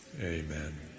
amen